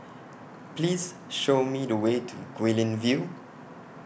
Please Show Me The Way to Guilin View